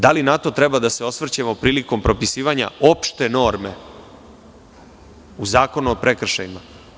Da li na to treba da se osvrćemo prilikom propisivanja opšte norme u Zakonu o prekršajima?